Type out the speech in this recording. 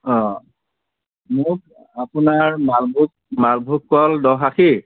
মোক আপোনাৰ মালভোগ মালভোগ কল দহ আখি